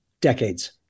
decades